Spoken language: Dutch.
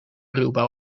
ruwbouw